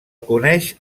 coneix